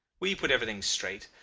we put everything straight,